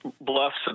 Bluffs